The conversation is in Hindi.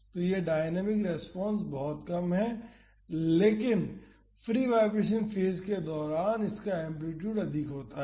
तो यह डायनामिक रेस्पॉन्स बहुत कम है लेकिन फ्री वाईब्रेशन फेज के दौरान इसका एम्पलीटूड अधिक होता है